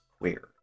Queer